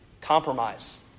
compromise